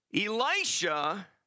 Elisha